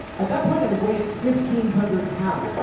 at that point i weighed fifteen hundred pounds,